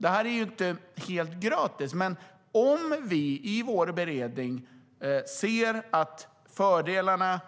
Det är inte helt gratis. Om vi i vår beredning ser att fördelarna